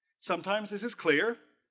sometimes this is clear